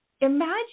imagine